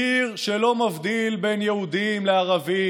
קיר שלא מבדיל בין יהודים לערבים,